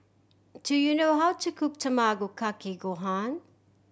do you know how to cook Tamago Kake Gohan